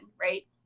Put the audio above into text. Right